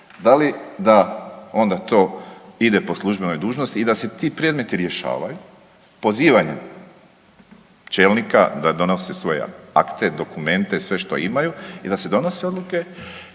da li da onda to ide po službenoj dužnosti i da se ti predmeti rješavaju pozivanjem čelnika da donose svoje akte, dokumente, sve što imaju i da se donose odluke